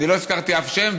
אני לא הזכרתי אף שם,